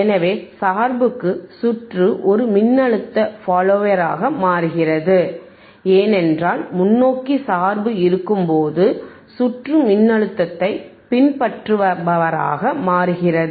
எனவே சார்புக்கு சுற்று ஒரு மின்னழுத்த ஃபாலோயராக மாறுகிறது ஏனென்றால் முன்னோக்கி சார்பு இருக்கும்போது சுற்று மின்னழுத்தத்தைப் பின்பற்றுபவராக மாறுகிறது